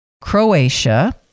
Croatia